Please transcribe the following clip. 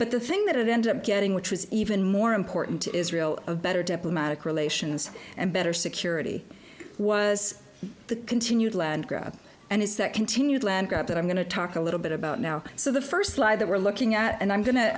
but the thing that it ended up getting which was even more important to israel of better diplomatic relations and better security was the continued land grab and it's that continued land grab that i'm going to talk a little bit about now so the first lie that we're looking at and i'm going to